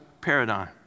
paradigm